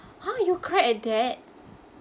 !huh! you cried at that